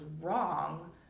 wrong